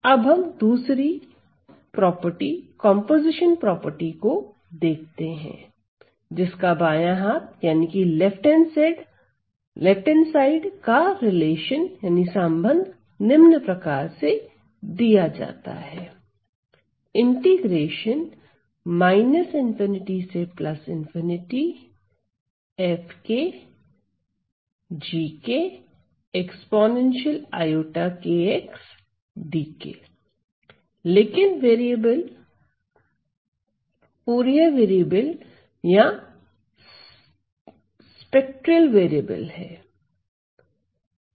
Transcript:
अब हम दूसरी कंपोजिशन प्रॉपर्टी को देखते हैं जिसका बाएं हाथ का संबंध निम्न प्रकार से दिया जाता है लेकिन वेरिएबल फूरिये वेरिएबल या स्पेक्ट्रेल वेरिएबल है